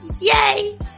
Yay